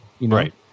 Right